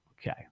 okay